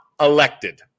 elected